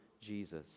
Jesus